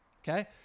okay